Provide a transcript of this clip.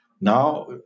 Now